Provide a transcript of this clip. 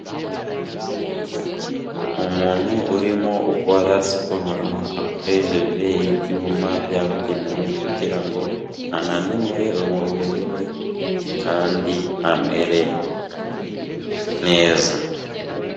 Umuntu urimo ukora siporo, akoresheje ibyuma byabugenewe kugira ngo ananure umubiri we kandi amere neza.